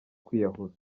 kwiyahura